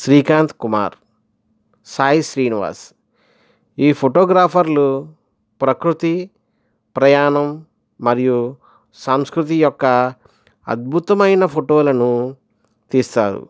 శ్రీకాంత్ కుమార్ సాయి శ్రీనివాస్ ఈ ఫోటోగ్రాఫర్లు ప్రకృతి ప్రయాణం మరియు సంస్కృతి యొక్క అద్భుతమైన ఫోటోలను తీస్తారు